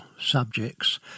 subjects